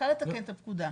קל לתקן את הפקודה.